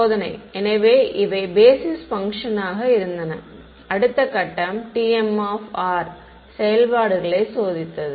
சோதனை எனவே இவை பேஸிஸ் பங்க்ஷனாக இருந்தன அடுத்த கட்டம் t m செயல்பாடுகளைச் சோதித்தது